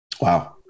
Wow